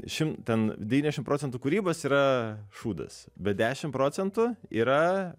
šim ten devyniasdešim procentų kūrybos yra šūdas bet dešim procentų yra